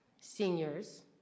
seniors